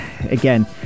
again